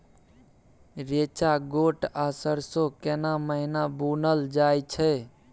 रेचा, गोट आ सरसो केना महिना बुनल जाय छै?